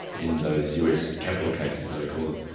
in those us capital cases they call it.